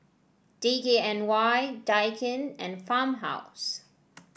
D K N Y Daikin and Farmhouse